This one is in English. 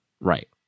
right